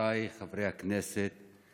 חבריי חברי הכנסת,